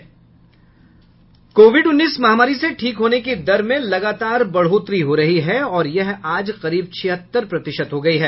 Covid उन्नीस महामारी से ठीक होने की दर में लगातार बढ़ोतरी हो रही है और यह आज करीब छिहत्तर प्रतिशत हो गई है